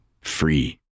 free